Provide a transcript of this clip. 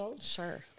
Sure